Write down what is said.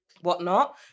whatnot